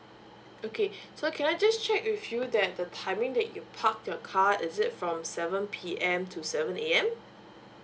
okay so can I just check with you that the timing that you parked your car is it from seven P_M to seven A_M